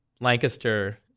Lancaster